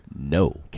No